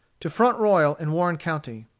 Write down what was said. to front royal in warren county.